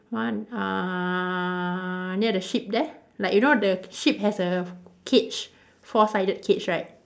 one uh near the sheep there like you know the sheep has a cage four sided cage right